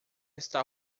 está